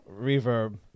Reverb